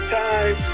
time